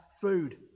food